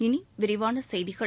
இனி விரிவான செய்திகள்